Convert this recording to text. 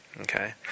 okay